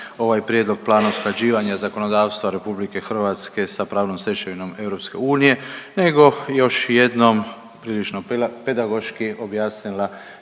ovaj Prijedlog Plana usklađivanja zakonodavstva RH s pravnom stečevinom EU nego još jednom prilično pedagoški objasnila